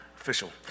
Official